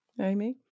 Amy